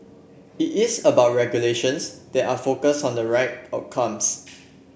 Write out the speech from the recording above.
it is about regulations that are focused on the right outcomes